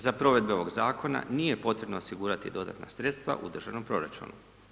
Za provedbe ovog Zakona nije potrebno osigurati dodatna sredstva u državnom proračunu.